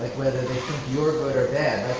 like whether they think you're good or bad.